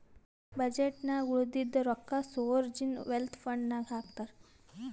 budget ನಾಗ್ ಉಳದಿದ್ದು ರೊಕ್ಕಾ ಸೋವರ್ಜೀನ್ ವೆಲ್ತ್ ಫಂಡ್ ನಾಗ್ ಹಾಕ್ತಾರ್